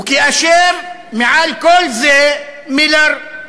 וכאשר מעל כל זה, מילר,